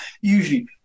Usually